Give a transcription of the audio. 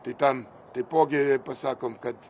tai ten taipogi pasakom kad